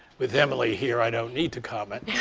with emily here, i don't need to comment.